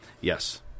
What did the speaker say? Yes